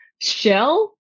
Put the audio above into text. shell